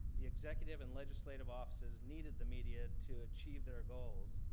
the executive and legislative offices needed the media to achieve their goals.